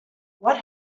what